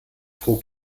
pro